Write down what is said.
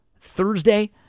Thursday